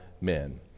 men